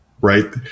right